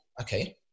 Okay